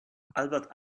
albert